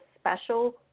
special